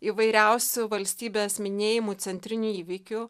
įvairiausių valstybės minėjimų centriniu įvykiu